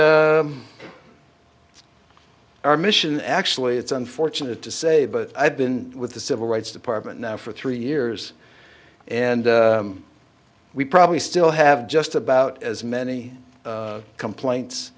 and our mission actually it's unfortunate to say but i've been with the civil rights department now for three years and we probably still have just about as many complaints